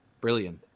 brilliant